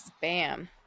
bam